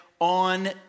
on